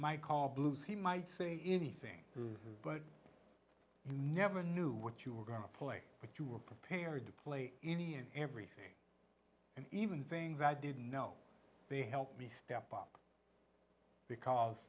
might call blues he might say anything but you never knew what you were going to play but you were prepared to play any and everything and even things i didn't know they helped me step up because